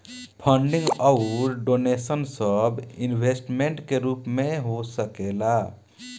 funding अउर donation सब investment के रूप में हो सकेला